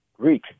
Greek